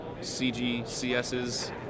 CGCSs